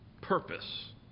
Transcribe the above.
purpose